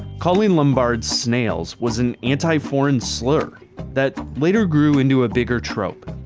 calling lombards snails was an anti-foreign slur that later grew into a bigger trope.